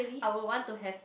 I would want to have